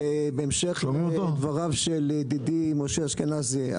לדבריו של ידידי משה אשכנזי.